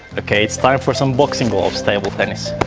okay it's time for some boxing gloves table tennis